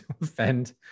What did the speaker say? offend